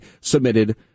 submitted